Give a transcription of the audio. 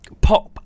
pop